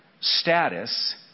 status